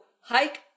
hike